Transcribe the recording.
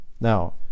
Now